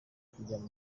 kujya